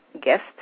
guest